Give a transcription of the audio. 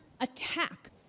attack